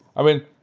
i mean,